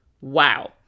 Wow